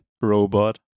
robot